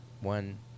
One